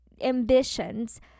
ambitions